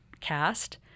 cast